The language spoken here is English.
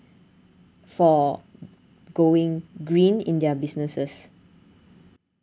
for going green in their businesses